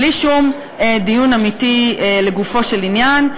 בלי שום דיון אמיתי לגופו של עניין.